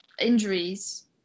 injuries